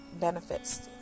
Benefits